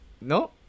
No